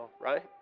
right